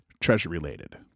treasure-related